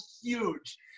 huge